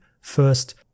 first